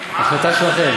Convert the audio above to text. להעביר